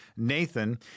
Nathan